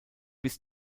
bis